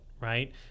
right